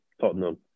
Tottenham